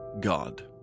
god